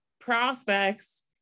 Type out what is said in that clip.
prospects